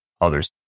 others